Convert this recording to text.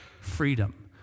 freedom